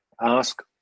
ask